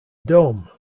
dome